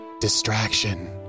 Distraction